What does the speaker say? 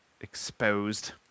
exposed